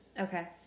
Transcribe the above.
Okay